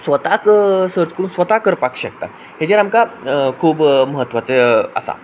स्वताक सर्च करून स्वता करपाक शकता हेचेर आमकां खूब म्हत्वाचें आसा